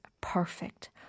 perfect